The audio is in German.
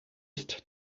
ist